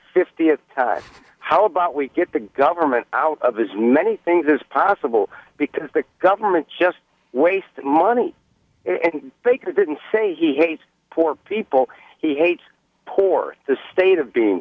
fiftieth time how about we get the government out of his many things as possible because the government just wasted money and they could didn't say he hates poor people he hates poor the state of being